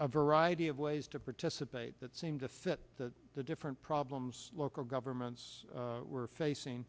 a variety of ways to participate that seemed to fit the different problems local governments were facing